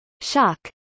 shock